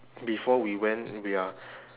before we went we are